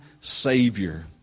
Savior